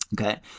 okay